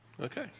Okay